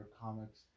comics